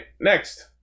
next